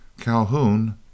Calhoun